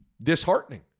disheartening